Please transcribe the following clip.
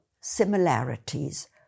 similarities